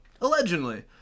Allegedly